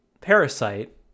Parasite